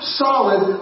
solid